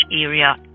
area